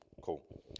Cool